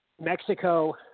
Mexico